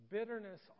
Bitterness